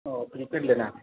او prepaid لینا ہے آپ